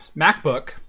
MacBook